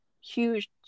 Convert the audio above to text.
huge